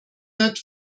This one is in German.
wird